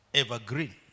evergreen